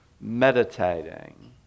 meditating